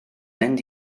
mynd